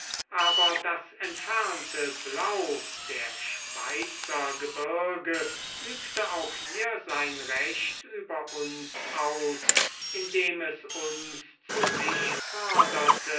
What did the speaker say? aber das entfernte blau der schweizergebirge übte auch hier sein recht über uns aus indem es uns zu sich forderte